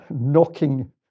knocking